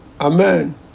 Amen